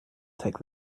take